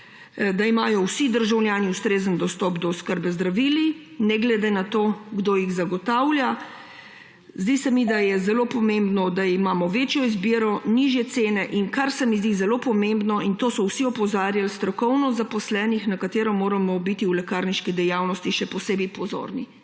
da imajo vsi državljani ustrezen dostop do oskrbe z zdravili ne glede na to, kdo jih zagotavlja. Zdi se mi, da je zelo pomembno, da imamo večjo izbiro, nižje cene. In zdi se mi zelo pomembna, na to so vsi opozarjali, strokovnost zaposlenih, na katero moramo biti v lekarniški dejavnosti še posebej pozorni.